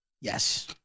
Yes